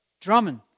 Drummond